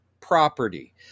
property